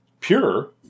pure